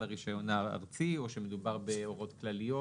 הרישיון הארצי או שמדובר בהוראות כלליות?